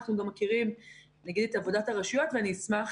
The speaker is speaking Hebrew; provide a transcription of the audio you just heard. אנחנו גם מכירים את עבודת הרשויות ואני אשמח